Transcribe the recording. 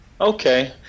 Okay